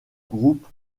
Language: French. groupe